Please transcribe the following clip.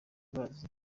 bazi